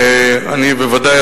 אני בוודאי,